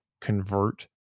convert